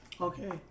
Okay